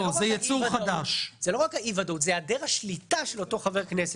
זה לא רק אי-ודאות אלא זה היעדר השליטה של אותו חבר כנסת.